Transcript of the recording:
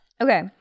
Okay